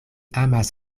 amas